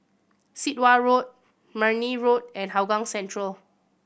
Sit Wah Road Marne Road and Hougang Central